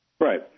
Right